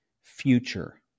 future